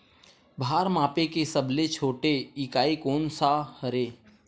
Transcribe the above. भार मापे के सबले छोटे इकाई कोन सा हरे?